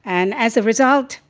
and as a result,